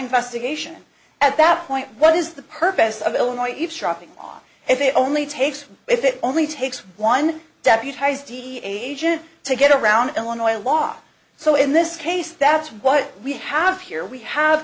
investigation at that point what is the purpose of illinois eavesdropping if it only takes if it only takes one deputize d d agent to get around illinois law so in this case that's what we have here we have